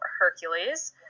Hercules